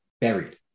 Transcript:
buried